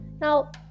now